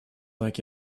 like